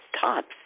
tops